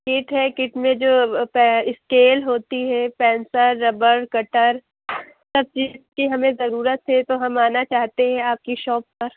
Kate ہے kit میں جو اسکیل ہوتی ہے پینسل ربر کٹر سب چیز کی ہمیں ضرورت ہے تو ہم آنا چاہتے ہیں آپ کی شاپ پر